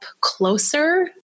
closer